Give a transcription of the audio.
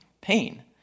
pain